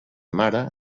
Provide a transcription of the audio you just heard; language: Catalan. mare